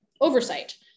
oversight